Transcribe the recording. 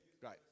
Great